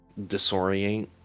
disorient